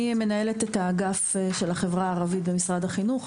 אני מנהלת את האגף של החברה הערבית במשרד החינוך,